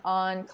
on